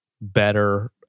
better